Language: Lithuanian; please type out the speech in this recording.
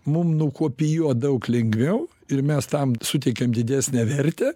mum nukopijuot daug lengviau ir mes tam suteikiam didesnę vertę